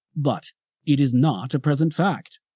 but it is not a present fact.